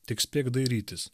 tik spėk dairytis